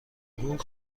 حقوق